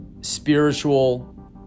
spiritual